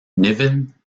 niven